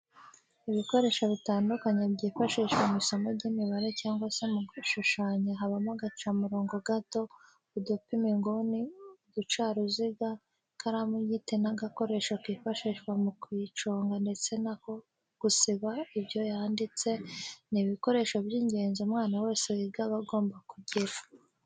Ibikoresho bitandukanye byifashishwa mu isomo ry'imibare cyangwa se mu gushushanya habamo agacamurobo gato, udupima inguni, uducaruziga, ikaramu y'igiti n'agakoresho kifashishwa mu kuyiconga ndetse n'ako gusiba ibyo yanditse, ni ibikoresho by'ingenzi umwana wese wiga aba agomba kugira.